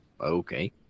okay